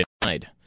denied